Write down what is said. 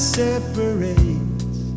separates